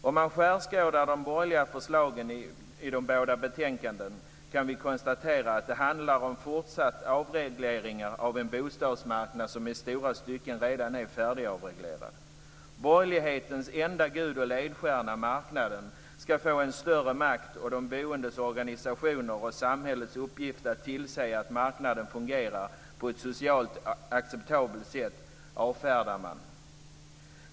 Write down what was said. När man skärskådar de borgerliga förslagen i de båda betänkandena kan vi konstatera att det handlar om fortsatta avregleringar av en bostadsmarknad som i stora stycken redan är färdigavreglerad. Borgerlighetens enda gud och ledstjärna, marknaden, ska få en än större makt, och de boendes organisationer och samhällets uppgift att tillse att marknaden fungerar på ett socialt acceptabelt sätt avfärdar man.